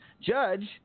Judge